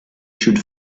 should